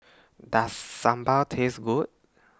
Does Sambal Taste Good